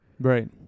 Right